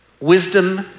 Wisdom